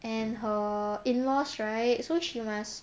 and her in loss right so she must